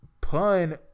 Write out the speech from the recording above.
pun